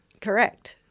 Correct